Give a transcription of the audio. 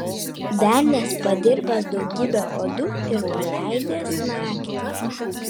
velnias padirbęs daugybę uodų ir paleidęs naktį